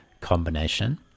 combination